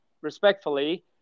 respectfully